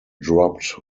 dropped